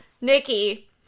Nikki